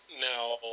Now